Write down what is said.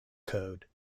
code